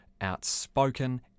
outspoken